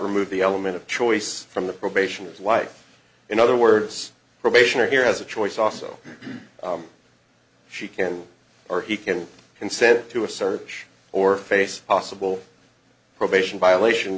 remove the element of choice from the probation his wife in other words probation or here has a choice also she can or he can consent to a search or face possible probation violation